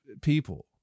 people